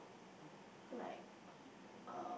like uh